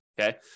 okay